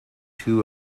two